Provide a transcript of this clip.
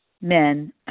men